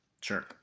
sure